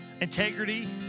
integrity